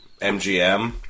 mgm